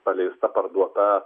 paleista parduota